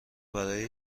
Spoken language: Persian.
برای